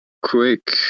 quick